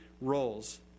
roles